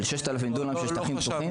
של ה-6,000 דונמים של שטחים פתוחים.